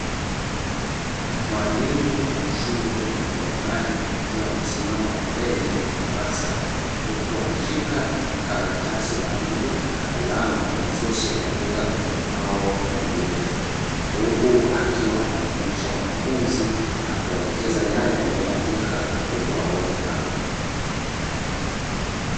Mwalimu wa shule ya praimari akiwa amesimama mbele ya darasa huku ameshika karatasi moja na kalamu mahsusi kuandika kwenye ubao mweupe huku akiwa anawafundisha wanafuzi na kuwaelekeza yale aliyoyaandika ubaoni hapo